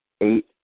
eight